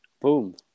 Boom